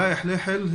עלא חליחל,